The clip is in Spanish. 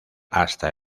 hasta